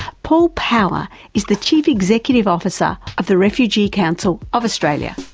paul power is the chief executive officer of the refugee council of australia.